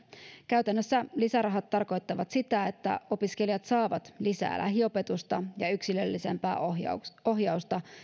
käytännössä lisärahat tarkoittavat sitä että opiskelijat saavat lisää lähiopetusta ja yksilöllisempää ohjausta ohjausta